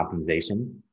optimization